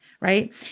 right